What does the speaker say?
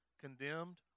condemned